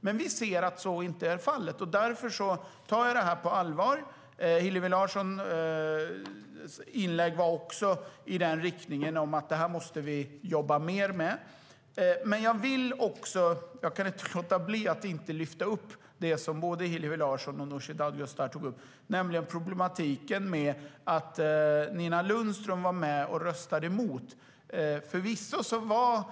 Men vi ser att så inte är fallet, och därför tar jag detta på allvar. Hillevi Larssons inlägg var också i samma riktning, att detta måste vi jobba mer med. Jag kan inte låta bli att lyfta upp det som både Hillevi Larsson och Nooshi Dadgostar tog upp, nämligen problematiken med att Nina Lundström var med och röstade emot budgeten som innehöll viktiga